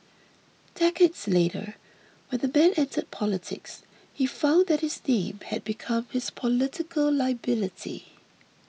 decades later when the man entered politics he found that his name had become his political liability